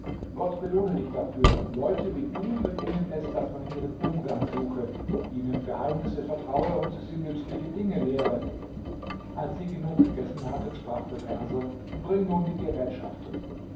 gott belohne dich dafür leute wie du verdienen es daß man ihren umgang suche ihnen geheimnisse vertraue und sie nützliche dinge lehre als sie genug gegessen hatten sprach der perser bring nun die gerätschaften